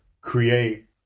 create